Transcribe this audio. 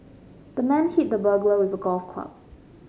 the man hit the burglar with a golf club